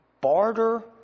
barter